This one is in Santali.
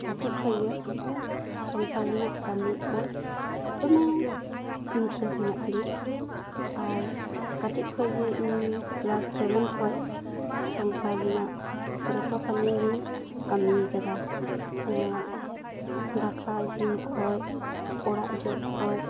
ᱠᱟᱹᱴᱤᱡ ᱠᱷᱚᱱ ᱜᱮ ᱥᱚᱝᱥᱟᱨ ᱨᱮᱱᱟᱜ ᱠᱟᱹᱢᱤ ᱠᱚ ᱫᱚᱢᱮ ᱤᱱᱴᱨᱮᱥ ᱢᱮᱱᱟᱜ ᱛᱤᱧᱟᱹ ᱟᱨ ᱠᱟᱹᱴᱤᱡ ᱠᱷᱚᱱ ᱜᱮ ᱤᱧ ᱠᱮᱞᱟᱥ ᱥᱮᱵᱷᱮᱱ ᱠᱷᱚᱱ ᱥᱚᱝᱥᱟᱨ ᱨᱮᱱᱟᱜ ᱡᱚᱛᱚ ᱠᱟᱹᱢᱤ ᱜᱮᱧ ᱠᱟᱹᱢᱤ ᱟᱠᱟᱫᱟ ᱫᱟᱠᱟ ᱤᱥᱤᱱ ᱠᱷᱚᱱ ᱚᱲᱟᱜ ᱡᱚᱜ ᱠᱷᱚᱱ